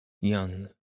young